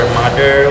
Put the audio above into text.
mother